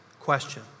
question